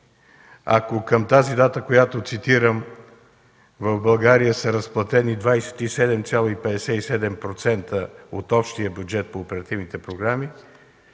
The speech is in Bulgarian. Ако към датата, която цитирам, в България са разплатени 27,57% от общия бюджет по оперативните програми,